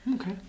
Okay